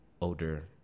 older